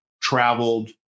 traveled